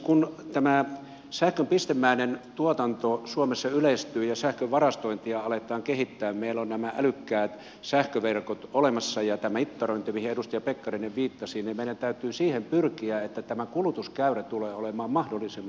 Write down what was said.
kun tämä sähkön pistemäinen tuotanto suomessa yleistyy ja sähkön varastointia aletaan kehittää meillä on nämä älykkäät sähköverkot olemassa ja tämä mittarointi mihin edustaja pekkarinen viittasi niin meidän täytyy pyrkiä siihen että kulutuskäyrä tulee olemaan mahdollisimman tasainen